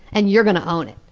and you're going to own it.